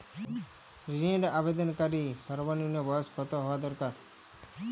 ঋণের আবেদনকারী সর্বনিন্ম বয়স কতো হওয়া দরকার?